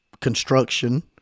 construction